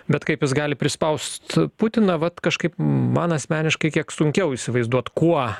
bet kaip jis gali prispaust putiną vat kažkaip man asmeniškai kiek sunkiau įsivaizduot kuo